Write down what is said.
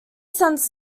sons